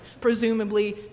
Presumably